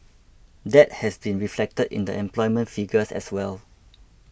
that has been reflected in the employment figures as well